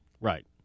Right